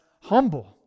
humble